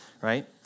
right